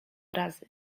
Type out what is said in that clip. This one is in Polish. razy